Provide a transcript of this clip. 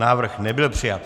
Návrh nebyl přijat.